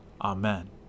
Amen